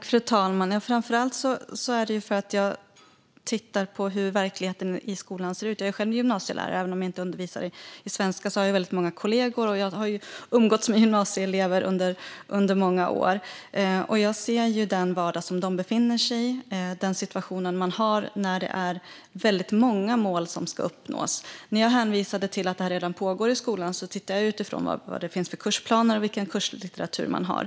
Fru talman! Framför allt är det för att jag tittar på hur verkligheten i skolan ser ut. Jag är själv gymnasielärare, och även om jag inte undervisar i svenska har jag många kollegor. Jag har umgåtts med gymnasieelever under många år, och jag ser den vardag de befinner sig i - den situation de har med väldigt många mål som ska uppnås. När jag hänvisar till att detta redan pågår i skolan tittar jag på det utifrån vad det finns för kursplaner och vilken kurslitteratur man har.